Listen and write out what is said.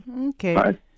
Okay